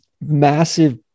massive